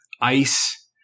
ice